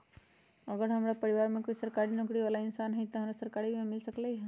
अगर हमरा परिवार में कोई सरकारी नौकरी बाला इंसान हई त हमरा सरकारी बीमा मिल सकलई ह?